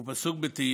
הוא פסוק מתהילים,